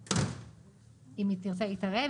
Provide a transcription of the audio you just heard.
אם היא תרצה להתערב,